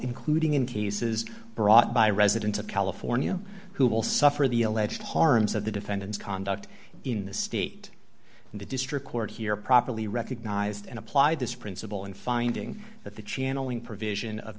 including in cases brought by residents of california who will suffer the alleged harms that the defendants conduct in the state and the district court here properly recognized and apply this principle and finding that the channeling provision of